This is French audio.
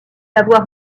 avoir